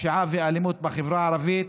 והפשיעה והאלימות בחברה הערבית,